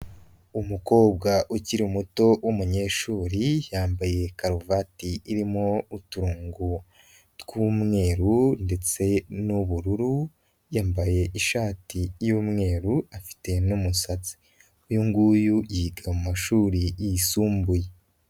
Umukobwa ukiri muto w'umunyeshuri yambaye karuvati irimo uturongo tw'umweru ndetse n'ubururu, yambaye ishati y'umweru, afite n'umusatsi uyu nguyu yiga mu mashuri yisumbuye.